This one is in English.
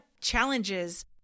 challenges